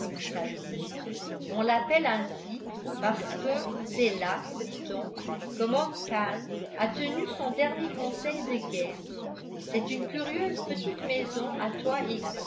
on l'appelle ainsi parce que c'est là dit-on que montcalm a tenu son dernier conseil de guerre c'est une curieuse petite maison à toit